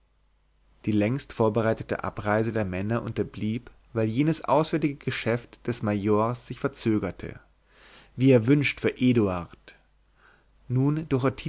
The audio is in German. die längst vorbereitete abreise der männer unterblieb weil jenes auswärtige geschäft des majors sich verzögerte wie erwünscht für eduard nun durch